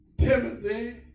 Timothy